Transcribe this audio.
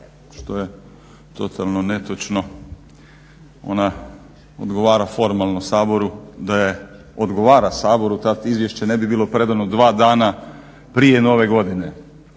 što je totalno netočno. Ona odgovara formalno Saboru. Da odgovara Saboru tad izvješće ne bi bilo predano 2 dana prije nove godine.